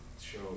show